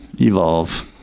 evolve